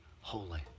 holy